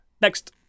Next